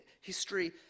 History